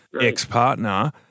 ex-partner